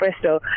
Bristol